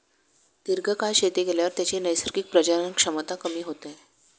दीर्घकाळ शेती केल्यावर त्याची नैसर्गिक प्रजनन क्षमता कमी होते